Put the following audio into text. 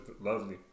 lovely